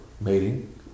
mating